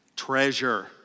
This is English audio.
Treasure